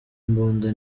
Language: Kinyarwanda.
imbunda